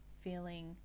feeling